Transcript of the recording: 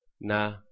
na